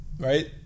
right